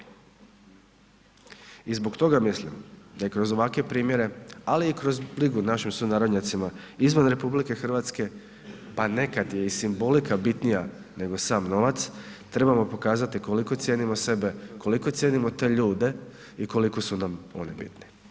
I zbog toga mislim da je kroz ovakve primjere, ali i kroz brigu o našim sunarodnjacima izvan RH pa nekad je i simbolika bitnija nego sam novac, trebamo pokazati koliko cijenimo sebe, koliko cijenimo te ljude i koliko su nam oni bitni.